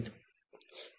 ६६ volt आहे जे ३